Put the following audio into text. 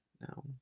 No